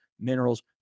Minerals